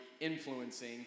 influencing